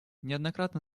неоднократно